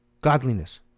godliness